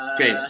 Okay